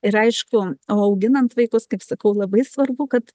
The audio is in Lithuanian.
ir aišku o auginant vaikus kaip sakau labai svarbu kad